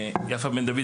יפה בן דוד,